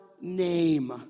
name